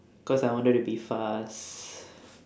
cause I wanted to be fast